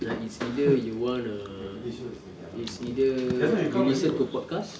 ah it's either you want a it's either you listen to podcast